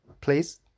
Please